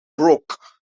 brooke